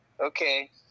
okay